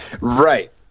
Right